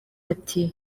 ati